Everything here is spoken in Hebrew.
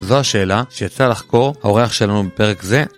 זו השאלה שיצא לחקור האורח שלנו בפרק זה